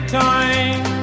time